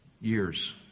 years